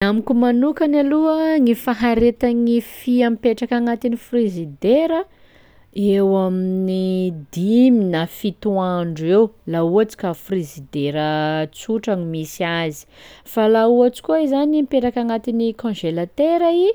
Amiko manokany aloha gny faharetan'gny fia mipetraka agnatin'ny frizidera eo amin'ny dimy na fito andro eo laha ohatsy ka frizidera tsotra gno misy azy, fa laha ohatsy koa izany mipetraka agnatin'ny congelatera i